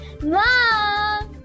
Mom